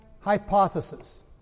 hypothesis